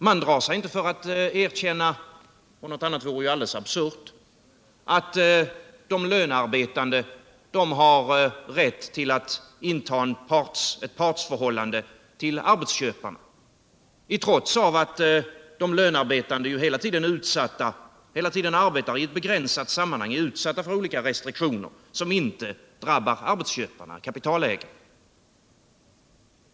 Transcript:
Man drar sig inte för att erkänna, något annat vore ju absurt, att de lönearbetande har rätt att inta ett partsförhållande till arbetsköparna i trots av att de lönearbetande hela tiden arbetar i ett begränsat sammanhang och är utsatta för olika restriktioner som inte drabbar arbetsköparna — kapitalägarna.